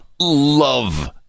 love